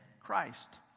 Christ